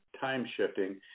time-shifting